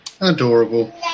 Adorable